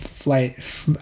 Flight